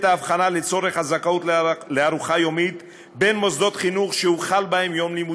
תשובה והצבעה, תשובה ניתנה, אני לא יודע